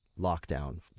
lockdown